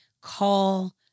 Call